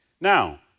Now